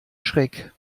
schreck